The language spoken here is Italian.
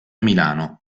milano